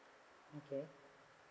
okay